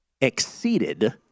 exceeded